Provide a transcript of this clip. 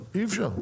אבל אי אפשר,